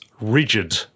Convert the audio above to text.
rigid